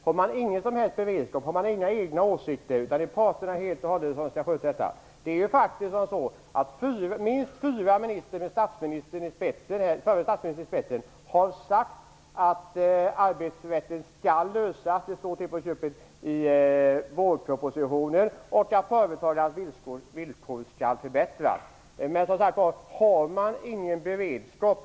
Har man ingen som helst beredskap? Har man inga egna åsikter? Är det parterna som helt och hållet skall sköta detta? Minst fyra ministrar, med den förre statsministern i spetsen, har sagt att arbetsrätten skall lösas. Det står till på köpet i vårpropositionen. Dessutom skall företagarnas villkor förbättras. Som sagt var: Har man ingen beredskap?